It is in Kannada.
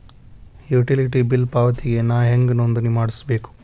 ಯುಟಿಲಿಟಿ ಬಿಲ್ ಪಾವತಿಗೆ ನಾ ಹೆಂಗ್ ನೋಂದಣಿ ಮಾಡ್ಸಬೇಕು?